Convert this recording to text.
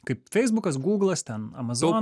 kaip feisbukas gūglas ten amazon